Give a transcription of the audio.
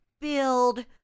build